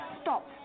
stop